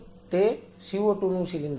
તે CO2 નું cylinder છે